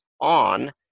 on